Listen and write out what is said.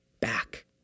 back